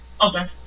okay